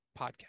podcast